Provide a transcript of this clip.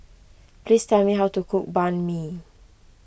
please tell me how to cook Banh Mi